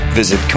visit